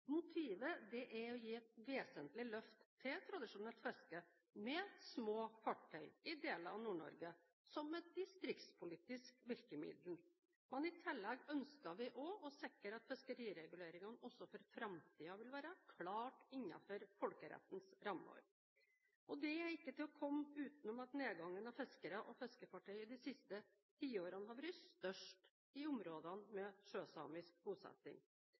Motivet er å gi et vesentlig løft til tradisjonelt fiske med små fartøy i deler av Nord-Norge som et distriktspolitisk virkemiddel, men i tillegg ønsker vi å sikre at fiskerireguleringene også for framtiden vil være klart innenfor folkerettens rammer. Det er ikke til å komme utenom at nedgangen av fiskere og fiskefartøy de siste tiårene har vært størst i områder med sjøsamisk bosetting.